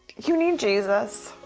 you need jesus.